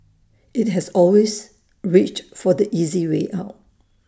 IT has always reached for the easy way out